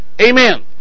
Amen